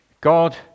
God